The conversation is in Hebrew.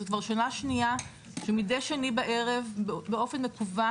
זה כבר שנה שנייה שמדי שני בערב באופן מקוון,